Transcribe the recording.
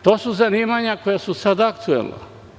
To su zanimanja koja su sada aktuelna.